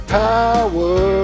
power